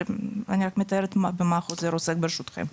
אני רק מתארת במה החוזר עוסק, ברשותכם.